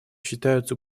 считаются